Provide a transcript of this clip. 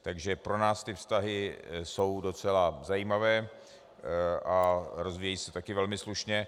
Takže pro nás ty vztahy jsou docela zajímavé a rozvíjejí se také velmi slušně.